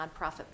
nonprofit